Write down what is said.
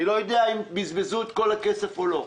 אני לא יודע אם בזבזו את כל הכסף או לא,